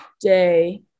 day